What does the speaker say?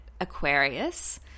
Aquarius